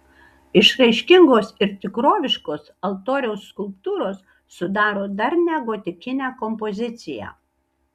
išraiškingos ir tikroviškos altoriaus skulptūros sudaro darnią gotikinę kompoziciją